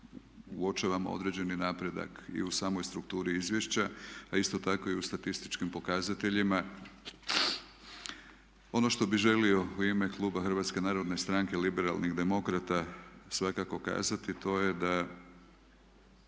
uopćavam određeni napredak i u samoj strukturi izvješća a isto tako i u statističkim pokazateljima. Ono što bi želio u ime kluba Hrvatske narodne stranke liberalnih demokrata svakako kazati to je da